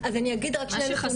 אני כן אגיד שמרכזי